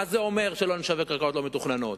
מה זה אומר שלא נשווק קרקעות לא מתוכננות?